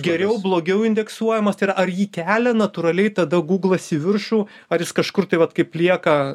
geriau blogiau indeksuojamas ir ar jį kelia natūraliai tada guglas į viršų ar jis kažkur tai vat kaip lieka